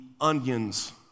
onions